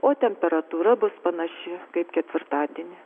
o temperatūra bus panaši kaip ketvirtadienį